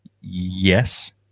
Yes